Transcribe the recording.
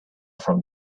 from